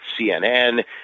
CNN